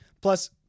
Plus